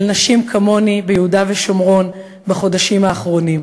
נשים כמוני ביהודה ושומרון בחודשים האחרונים.